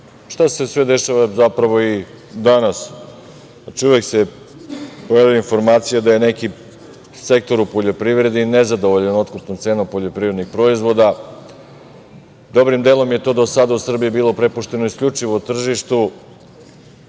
šta se sve zapravo dešava i danas. Znači, uvek se pojavi informacija da je neki sektor u poljoprivredi nezadovoljan otkupnom cenom poljoprivrednih proizvoda. Dobrim delom je to do sada u Srbiji bilo prepušteno isključivo tržištu,